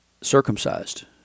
circumcised